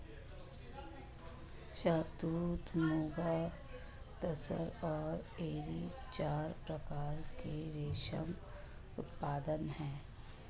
शहतूत, मुगा, तसर और एरी चार प्रकार के रेशम उत्पादन हैं